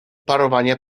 parowania